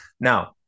Now